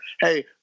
Hey